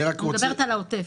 אני מדברת על העוטף.